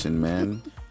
man